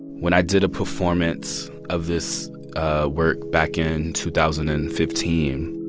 when i did a performance of this work back in two thousand and fifteen,